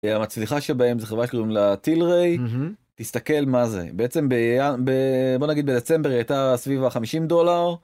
המצליחה שבהם זה חברה שקוראים לה טילריי, תסתכל מה זה, בעצם בדצמבר היא הייתה סביבה ה-50 דולר.